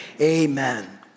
Amen